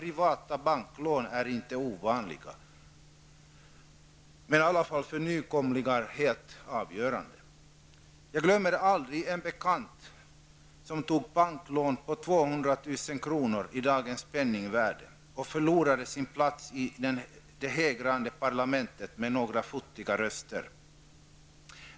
Det är inte ovanligt med stora privata banklån -- för nykomlingar är det helt avgörande. Jag glömmer aldrig en bekant som tog ett banklån på motsvarande 200 000 kr. i dagens penningvärde och som förlorade sin plats i det hägrande parlamentet med några futtiga röster.